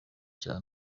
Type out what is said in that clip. cya